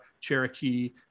Cherokee